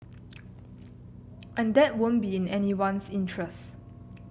and that won't be in anyone's interest